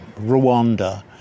Rwanda